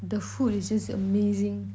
the food is just amazing